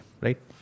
right